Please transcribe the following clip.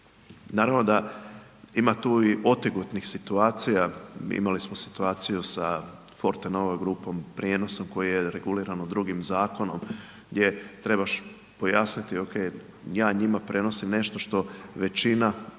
Naravno da ima tu i otegotnih situacija, imali smo situaciju sa Fortenova grupom, prijenosom koji je reguliran drugim zakonom gdje trebaš pojasniti, okej, ja njima prenosim nešto što većina